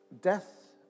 Death